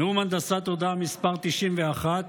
נאום הנדסת תודעה מס' 91,